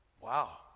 Wow